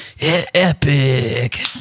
epic